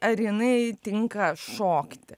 ar jinai tinka šokti